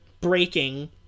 breaking